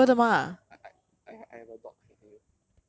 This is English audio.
okay I I I I I have a doc I can send you